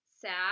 Sad